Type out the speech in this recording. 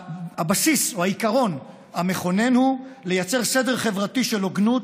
הבסיס או העיקרון המכונן הוא לייצר סדר חברתי של הוגנות,